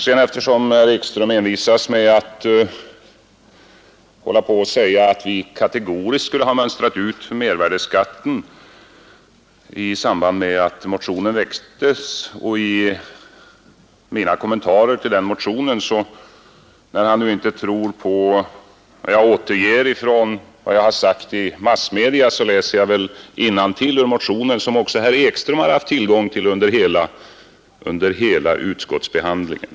Eftersom herr Ekström envisas med att säga att vi kategoriskt har mönstrat ut mervärdeskatten i samband med att motionen väcktes och i mina kommentarer till motionen och eftersom han inte tror på vad jag återger från det jag sagt i massmedia, så läser jag väl innantill ur motionen, som också herr Ekström haft tillgång till under hela utskottsbehandlingen.